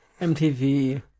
MTV